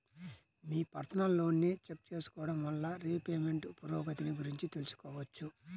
మీ personal లోన్ని check చేసుకోడం వల్ల రీపేమెంట్ పురోగతిని గురించి తెలుసుకోవచ్చు